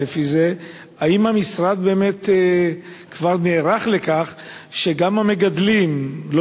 האם המשרד כבר נערך לכך שגם המגדלים לא